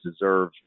deserve